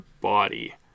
body